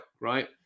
right